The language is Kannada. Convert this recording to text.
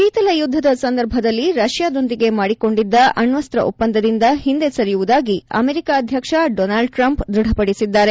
ಶೀತಲ ಯುದ್ದದ ಸಂದರ್ಭದಲ್ಲಿ ರಷ್ಯಾದೊಂದಿಗೆ ಮಾಡಿಕೊಂಡಿದ್ದ ಅಣ್ವಸ್ತ ಒಪ್ಪಂದಿಂದ ಹಿಂದೆ ಸರಿಯುವುದಾಗಿ ಅಮೆರಿಕ ಅಧ್ಯಕ್ಷ ಡೋನಾಲ್ಡ್ ಟ್ರಂಪ್ ದೃಢಪಡಿಸಿದ್ದಾರೆ